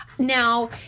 Now